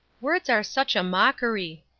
words are such a mockery,